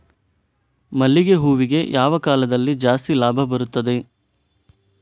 ಮಲ್ಲಿಗೆ ಹೂವಿಗೆ ಯಾವ ಕಾಲದಲ್ಲಿ ಜಾಸ್ತಿ ಲಾಭ ಬರುತ್ತದೆ?